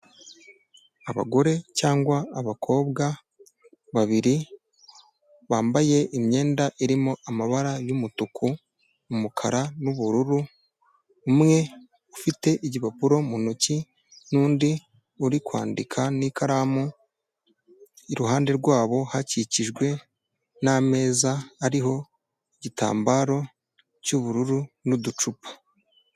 Abagore cyangwa abakobwa babiri, bambaye imyenda irimo amabara y'umutuku, umukara n'ubururu, umwe ufite igipapuro mu ntoki n'undi uri kwandika n'ikaramu, iruhande rwabo hakikijwe n'ameza ariho igitambaro cy'ubururu n'uducupa.